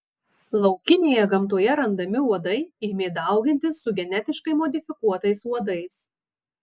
laukinėje gamtoje randami uodai ėmė daugintis su genetiškai modifikuotais uodais